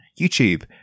youtube